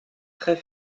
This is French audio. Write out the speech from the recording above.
très